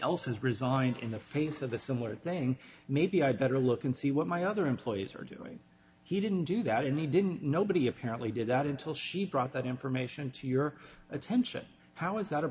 has resigned in the face of a similar thing maybe i better look and see what my other employees are doing he didn't do that and he didn't nobody apparently did that until she brought that information to your attention how is that a